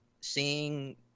seeing